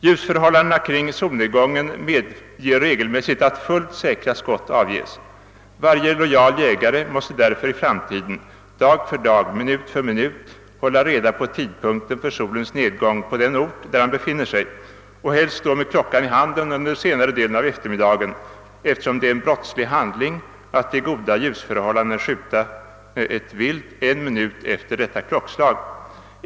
Ljusförhållandena kring solnedgången medger regelmässigt att fullt säkra skott avges. Varje lojal jägare måste därför i framtiden, dag för dag, minut för minut, hålla reda på tidpunkten för solens nedgång på den ort, där han befinner sig, och helst stå med klockan i handen under senare delen av efter-- middagen, eftersom det är en brottslig: handling att i goda ljusförhållanden skjuta ett vilt en minut efter dessa klockslag.